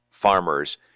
farmers